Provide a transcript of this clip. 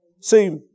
See